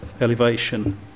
elevation